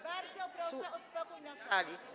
Bardzo proszę o spokój na sali.